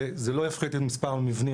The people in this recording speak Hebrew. זה לא יפחית את מספר המבנים,